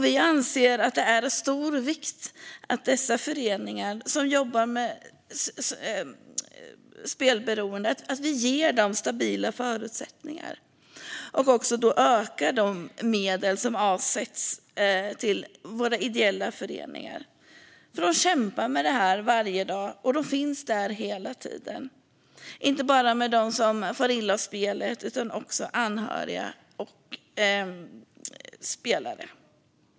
Vi anser att det är av stor vikt att vi ger dessa föreningar som jobbar med spelberoendet stabila förutsättningar och ökar de medel som avsätts till våra ideella föreningar. De kämpar med detta varje dag, och de finns där hela tiden. Det gäller dem som far illa av spelet, anhöriga och spelare.